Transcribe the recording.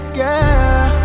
girl